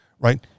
right